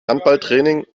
handballtraining